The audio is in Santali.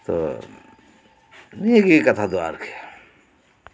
ᱛᱚ ᱱᱤᱭᱟᱹ ᱜᱮ ᱠᱟᱛᱷᱟ ᱫᱚ ᱟᱨᱠᱤ